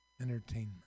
entertainment